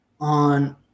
on